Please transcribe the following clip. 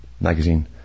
magazine